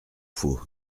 faut